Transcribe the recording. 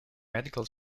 medical